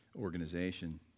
organization